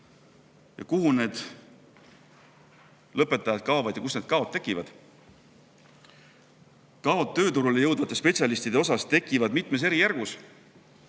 Kuhu need lõpetajad kaovad? Kust need kaod tekivad? Tööturule jõudvate spetsialistide kaod tekivad mitmes eri järgus: